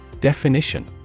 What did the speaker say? Definition